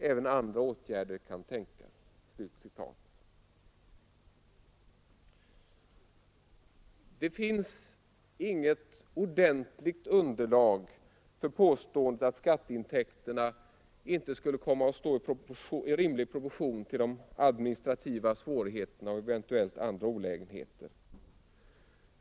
Även andra åtgärder kan tänkas.” Det finns inget ordentligt underlag för påståendet att skatteintäkterna inte skulle komma att stå i rimlig proportion till de administrativa svårigheterna och eventuellt andra olägenheter.